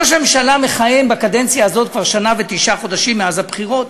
ראש הממשלה מכהן בקדנציה הזו כבר שנה ותשעה חודשים מאז הבחירות.